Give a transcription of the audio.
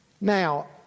Now